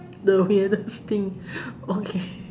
the weirdest thing okay